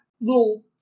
little